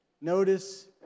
Notice